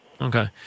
Okay